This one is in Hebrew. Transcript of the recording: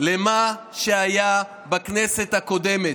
למה שהיה בכנסת הקודמת,